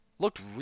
Looked